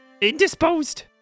indisposed